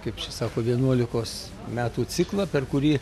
kaip čia sako vienuolikos metų ciklą per kurį